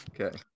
Okay